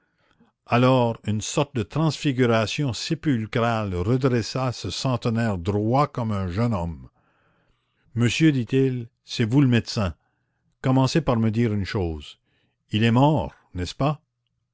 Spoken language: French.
alors une sorte de transfiguration sépulcrale redressa ce centenaire droit comme un jeune homme monsieur dit-il c'est vous le médecin commencez par me dire une chose il est mort n'est-ce pas